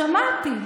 שמעתי.